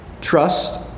trust